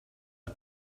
are